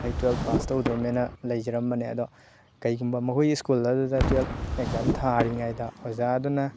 ꯑꯩ ꯇꯨꯋꯦꯜꯕ ꯄꯥꯁ ꯇꯧꯗꯣꯔꯕꯅꯦꯅ ꯂꯩꯖꯔꯝꯕꯅꯦ ꯑꯗꯣ ꯀꯩꯒꯨꯝꯕ ꯃꯈꯣꯏꯒꯤ ꯁ꯭ꯀꯨꯜ ꯑꯗꯨꯗ ꯇꯨꯋꯦꯜꯕ ꯑꯦꯛꯖꯥꯝ ꯊꯥꯔꯤꯉꯩꯗ ꯑꯣꯖꯥꯗꯨꯅ